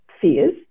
fears